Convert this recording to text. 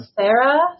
Sarah